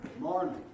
morning